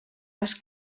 els